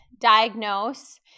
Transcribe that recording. diagnose